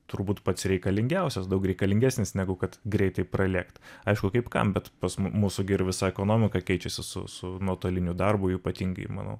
turbūt pats reikalingiausias daug reikalingesnis negu kad greitai pralėkt aišku kaip kam bet pas mūsų gi ir visa ekonomika keičiasi su su nuotoliniu darbu ypatingai manau